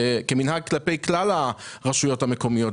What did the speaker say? כמנהג כלפי כלל הרשויות המקומיות,